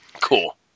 Cool